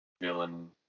Villain